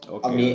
Okay